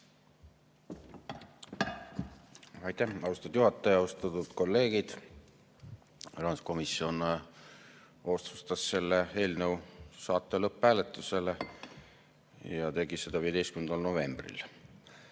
Aitäh, austatud juhataja! Austatud kolleegid! Rahanduskomisjon otsustas selle eelnõu saata lõpphääletusele ja tegi seda 15. novembril.